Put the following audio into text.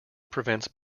prevents